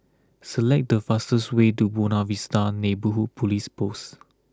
select the fastest way to Buona Vista Neighbourhood Police Post